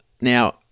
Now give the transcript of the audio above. Now